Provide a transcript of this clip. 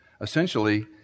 Essentially